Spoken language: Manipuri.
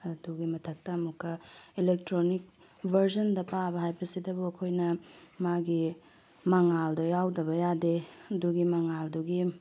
ꯑꯗꯨꯒꯤ ꯃꯊꯛꯇ ꯑꯃꯨꯛꯀ ꯑꯦꯂꯦꯛꯇ꯭ꯔꯣꯅꯤꯀ ꯚꯥꯔꯖꯟꯗ ꯄꯥꯕ ꯍꯥꯏꯕꯁꯤꯇꯕꯨ ꯑꯩꯈꯣꯏꯅ ꯃꯥꯒꯤ ꯃꯉꯥꯜꯗꯣ ꯌꯥꯎꯗꯕ ꯌꯥꯗꯦ ꯑꯗꯨꯒꯤ ꯃꯉꯥꯜꯗꯨꯒꯤ